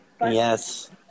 Yes